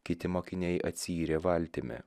kiti mokiniai atsiyrė valtimi